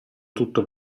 tutto